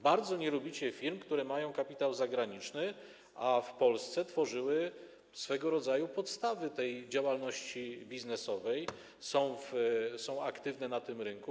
Bardzo nie lubicie firm, które mają kapitał zagraniczny, a w Polsce tworzyły one swego rodzaju podstawy tej działalności biznesowej, są aktywne na tym rynku.